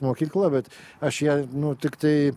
mokykla bet aš ją nu tiktai